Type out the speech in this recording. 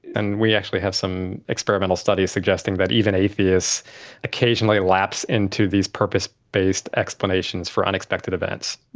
and we actually have some experimental studies suggesting that even atheists occasionally lapse into these purpose based explanations for unexpected events.